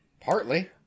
Partly